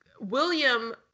William